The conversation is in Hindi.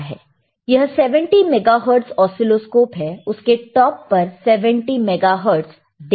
यह 70 मेगाहर्टज ऑसीलोस्कोप है उसके टॉप पर 70 मेगाहर्टज देख सकते हैं